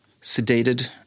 sedated